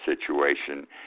situation